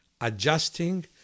adjusting